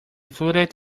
floated